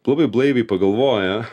labai blaiviai pagalvoję